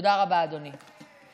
תודה רבה, אדוני.